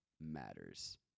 matters